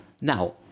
Now